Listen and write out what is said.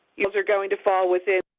falls are going to fall within